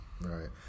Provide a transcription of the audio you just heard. right